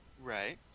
Right